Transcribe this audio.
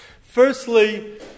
Firstly